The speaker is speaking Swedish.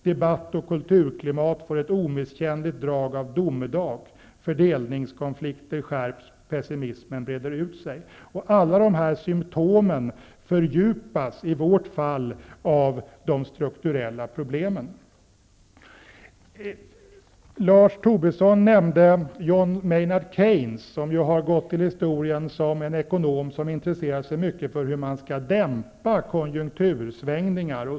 Debatt och kulturklimat får ett omisskännligt drag av domedag, fördelningskonflikter skärps, och pessimismen breder ut sig. Alla dessa symtom fördjupas i vårt fall av de strukturella problemen. Lars Tobisson nämnde John Maynard Keynes, som ju har gått till historien som en ekonom som intresserade sig mycket för hur man skall dämpa konjunktursvängningar.